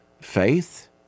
faith